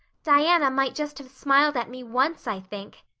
diana might just have smiled at me once, i think,